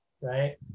Right